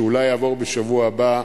שאולי יעבור בשבוע הבא,